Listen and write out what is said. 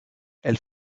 elle